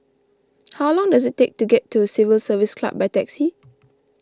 how long does it take to get to Civil Service Club by taxi